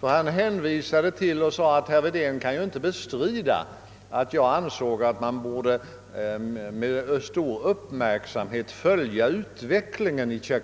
Han sade: Herr Wedén kan inte bestrida att jag uttalade att man borde följa utvecklingen i Tjeckoslovakien med stor uppmärksamhet.